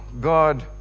God